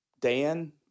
Dan